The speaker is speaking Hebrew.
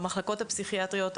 במחלקות הפסיכיאטריות,